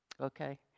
okay